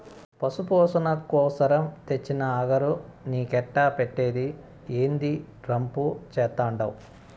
పశుల పోసణ కోసరం తెచ్చిన అగరు నీకెట్టా పెట్టేది, ఏందీ రంపు చేత్తండావు